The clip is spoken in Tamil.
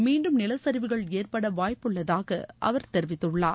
மீண்டும் நிலச்சரிவுகள் ஏற்பட வாய்ப்புள்ளதாக அவர் தெரிவித்துள்ளார்